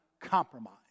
compromise